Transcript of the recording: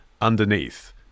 underneath